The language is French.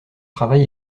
travail